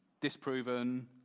disproven